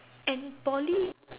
and Poly